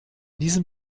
diesem